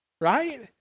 right